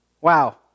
Wow